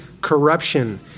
corruption